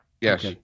Yes